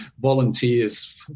volunteers